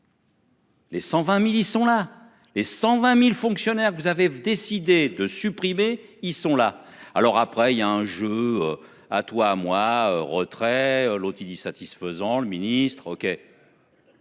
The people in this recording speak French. Les 120.000 ils sont là et 120.000 fonctionnaires vous avez-vous décidé de supprimer, ils sont là. Alors après il y a un jour à toi, à moi. Retrait lottini satisfaisant le ministre.